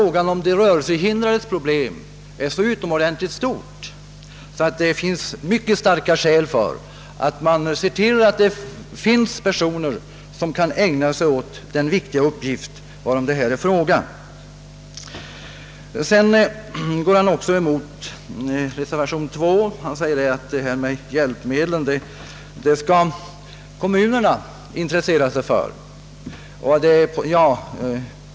Jag anser att de rörelsehindrades problem är så utomordentligt stora, att det föreligger starka skäl att se till att det finns tillräckligt med personer, som kan helt ägna sig åt den viktiga uppgift varom det här är fråga. Sedan gick herr Turesson också emot reservationen 2.